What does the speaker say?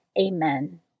Amen